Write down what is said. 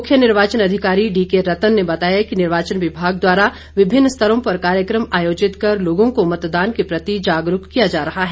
मुख्य निर्वाचन अधिकारी डीके रतन ने बताया कि निर्वाचन विभाग द्वारा विभिन्न स्तरों पर कार्यक्रम आयोजित कर लोगों को मतदान के प्रति जागरूक किया जा रहा है